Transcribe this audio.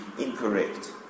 incorrect